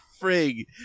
frig